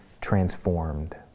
transformed